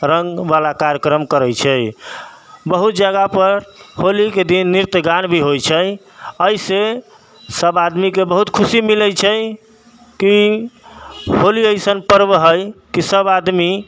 रङ्गवला कार्यक्रम करै छै बहुत जगहपर होलीके दिन नृत्य गान भी होइ छै एहिसँ सब आदमीके बहुत खुशी मिलै छै कि होली अइसन पर्व हइ कि सब आदमी